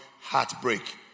heartbreak